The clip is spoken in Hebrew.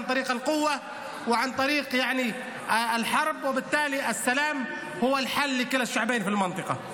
על ההחלטה של נורבגיה וגם על החלטת ממשלת ספרד בהכרתם במדינה הפלסטינית.